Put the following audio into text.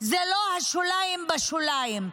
זה לא השוליים שבשוליים.